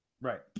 Right